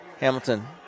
Hamilton